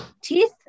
teeth